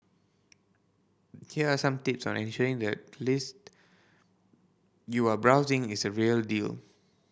here are some tips on ensuring that list you are browsing is a real deal